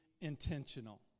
intentional